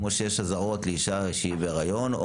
כמו שיש אזהרות לאישה שהיא בהריון,